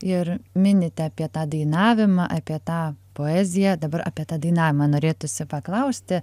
ir minite apie tą dainavimą apie tą poeziją dabar apie tą dainavimą norėtųsi paklausti